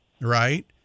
right